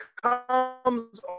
comes